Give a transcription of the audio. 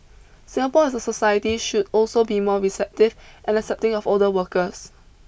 Singapore as a society should also be more receptive and accepting of older workers